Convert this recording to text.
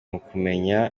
ukumenya